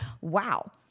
Wow